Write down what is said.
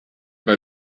bei